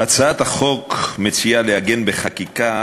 הצעת החוק מציעה לעגן בחקיקה